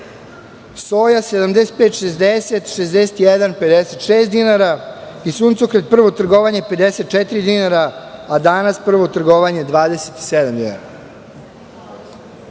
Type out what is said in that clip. Soja 75,60 naspram 61,56 dinara i suncokret prvo trgovanje 54 dinara a danas prvo trgovanje 27 dinara.